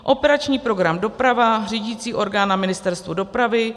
Operační program Doprava, řídicí orgán na Ministerstvu dopravy;